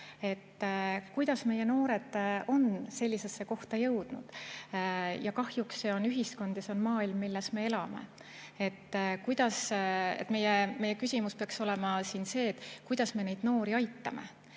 kuidas meie noored on sellisesse kohta jõudnud. Ja kahjuks see on ühiskond ja see on maailm, milles me elame. Meie küsimus peaks olema siin see, et kuidas me neid noori aitame.